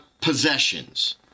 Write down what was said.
possessions